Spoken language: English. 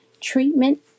Treatment